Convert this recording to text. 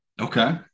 Okay